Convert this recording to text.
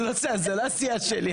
זה לא הסיעה שלי,